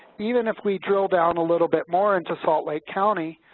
even if we drill down a little bit more into salt lake county,